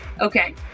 Okay